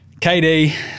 KD